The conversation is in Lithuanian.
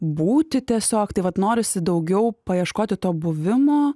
būti tiesiog tai vat norisi daugiau paieškoti to buvimo